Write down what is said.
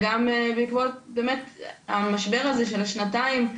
וגם בעקבות המשבר הזה של השנתיים,